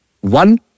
One